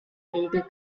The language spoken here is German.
regel